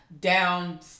down